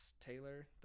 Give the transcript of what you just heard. Taylor